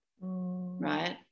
right